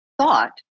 thought